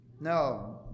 No